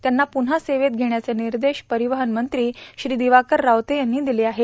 त्यांना पुन्हा सेवेत घेण्याचे निर्देश परिवहन मंत्री श्री दिवाकर रावते यांनी दिले आहेत